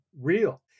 real